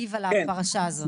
על הפרשה הזאת,